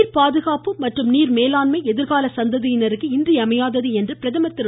நீர் பாதுகாப்பு மற்றும் நீர் மேலாண்மை எதிர்கால சந்ததியினருக்கு இன்றியமையாதது என்று பிரதமர் திரு